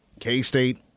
K-State